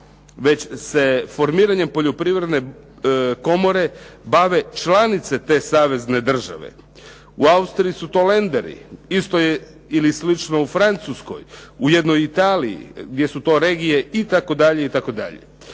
već se formiranjem poljoprivredne komore bave članice te savezne države. U Austriji su to Länderi. Isto je ili slično u Francuskoj, u jednoj Italiji gdje su to regije itd., itd.